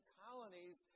colonies